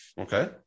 Okay